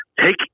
Take